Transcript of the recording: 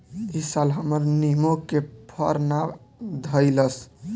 इ साल हमर निमो के फर ना धइलस